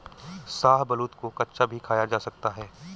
शाहबलूत को कच्चा भी खाया जा सकता है